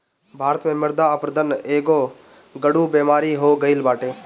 भारत में मृदा अपरदन एगो गढ़ु बेमारी हो गईल बाटे